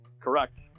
Correct